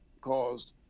caused